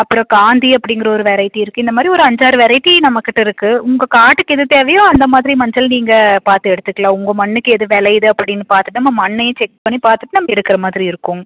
அப்புறம் காந்தி அப்படிங்கிற ஒரு வெரைட்டி இருக்குது இந்தமாதிரி ஒரு அஞ்சு ஆறு வெரைட்டி நம்மக்கிட்ட இருக்குது உங்கள் காட்டுக்கு எது தேவையோ அந்தமாதிரி மஞ்சள் நீங்கள் பார்த்து எடுத்துக்கலாம் உங்கள் மண்ணுக்கு எது விளையிது அப்படின்னு பார்த்து அந்த மண்ணையும் செக் பண்ணி பார்த்துட்டு நம்ம எடுக்கிற மாதிரி இருக்கும்